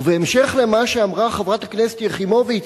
ובהמשך למה שאמרה חברת הכנסת יחימוביץ,